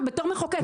טוב,